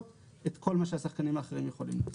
את כל מה שהשחקנים האחרים יכולים לעשות.